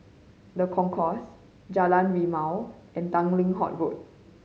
The Concourse Jalan Rimau and Tanglin Halt Road